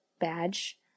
badge